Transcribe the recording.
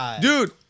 Dude